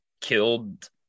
killed